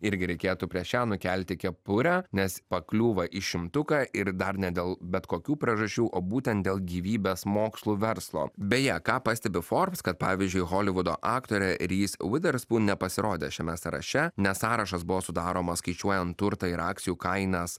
irgi reikėtų prieš ją nukelti kepurę nes pakliūva į šimtuką ir dar ne dėl bet kokių priežasčių o būtent dėl gyvybės mokslų verslo beje ką pastebi forbs kad pavyzdžiui holivudo aktorė rys viderspūn nepasirodė šiame sąraše nes sąrašas buvo sudaromas skaičiuojant turtą ir akcijų kainas